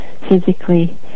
physically